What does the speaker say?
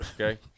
Okay